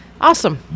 Awesome